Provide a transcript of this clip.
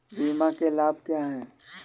बीमा के लाभ क्या हैं?